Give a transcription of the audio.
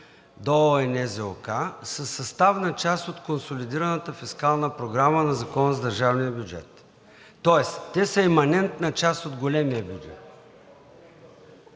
и НЗОК, са съставна част от консолидираната фискална програма на Закона за държавния бюджет. Тоест те са иманентна част от големия бюджет.